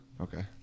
Okay